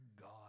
God